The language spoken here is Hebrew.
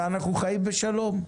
ואנחנו חייבים בשלום.